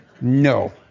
No